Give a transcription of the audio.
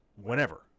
whenever